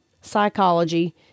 psychology